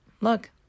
Look